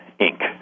Inc